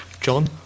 John